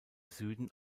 süden